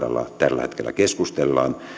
tällä hetkellä keskustellaan